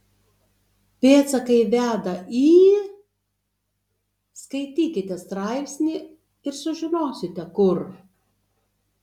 pėdsakai veda į skaitykite straipsnį ir sužinosite kur